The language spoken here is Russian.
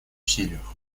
усилиях